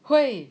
会